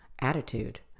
attitude